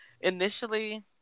initially